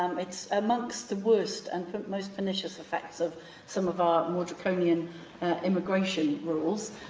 um it's amongst the worst and most pernicious effects of some of our more draconian immigration rules.